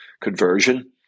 conversion